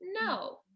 No